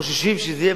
חוששים שזה יהיה,